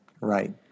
right